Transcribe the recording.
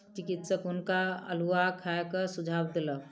चिकित्सक हुनका अउलुआ खाय के सुझाव देलक